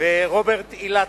ורוברט אילטוב,